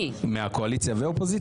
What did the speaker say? מהקואליציה ומהאופוזיציה?